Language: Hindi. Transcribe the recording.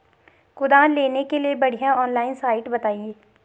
कुदाल लेने के लिए बढ़िया ऑनलाइन साइट बतायें?